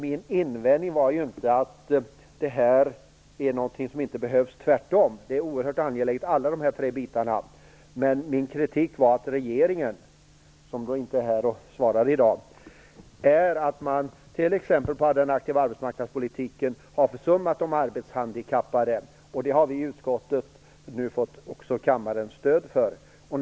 Min invändning var inte att det här är någonting som inte behövs. Tvärtom, det är oerhört viktigt med alla dessa tre saker. Min kritik var att regeringen t.ex. när det gäller den aktiva arbetsmarknadspolitiken försummat de arbetshandikappade. Det har vi i utskottet och i kammaren fått stöd för.